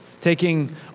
taking